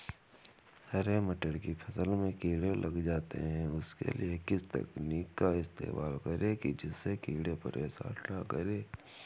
हरे मटर की फसल में कीड़े लग जाते हैं उसके लिए किस तकनीक का इस्तेमाल करें जिससे कीड़े परेशान ना कर सके?